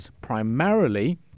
primarily